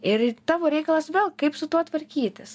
ir tavo reikalas vėl kaip su tuo tvarkytis